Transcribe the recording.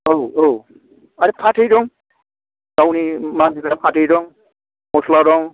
औ औ आरो फाथै दं गावनि मानग्रा फाथै दं मस्ला दं